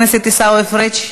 חבר הכנסת עיסאווי פריג'.